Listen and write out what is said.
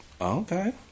Okay